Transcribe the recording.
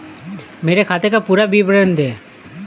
मेरे खाते का पुरा विवरण दे?